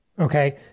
Okay